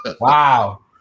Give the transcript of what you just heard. Wow